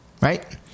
right